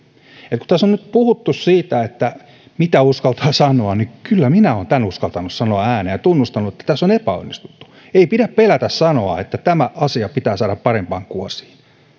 kun tässä on nyt puhuttu siitä että mitä uskaltaa sanoa niin kyllä minä olen tämän uskaltanut sanoa ääneen ja tunnustanut että tässä on epäonnistuttu ei pidä pelätä sanoa että tämä asia pitää saada parempaan kuosiin